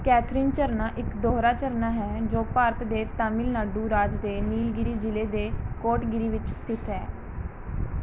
Catherine ਝਰਨਾ ਇੱਕ ਦੋਹਰਾ ਝਰਨਾ ਹੈ ਜੋ ਭਾਰਤ ਦੇ ਤਾਮਿਲਨਾਡੂ ਰਾਜ ਦੇ ਨੀਲਗਿਰੀ ਜ਼ਿਲ੍ਹੇ ਦੇ ਕੋਟਗਿਰੀ ਵਿੱਚ ਸਥਿਤ ਹੈ